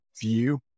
view